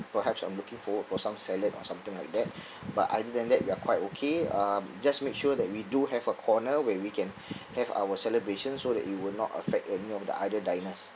perhaps I'm looking forward for some salad or something like that but other than that we are quite okay um just make sure that we do have a corner where we can have our celebration so that it will not affect any of the other diners